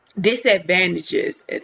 disadvantages